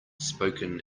spoken